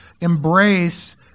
embrace